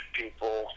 people